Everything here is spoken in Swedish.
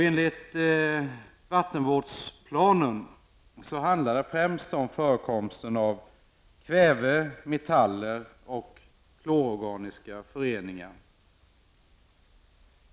Enligt vattenvårdsplanen handlar det främst om förekomsten av kväve, metaller och klororganiska föreningar.